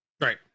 Right